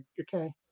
Okay